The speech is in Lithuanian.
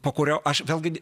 po kurio aš vėlgi